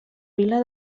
vila